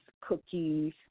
cookies